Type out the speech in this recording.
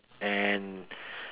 and